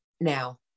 now